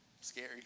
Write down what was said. Scary